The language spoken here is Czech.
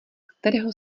kterého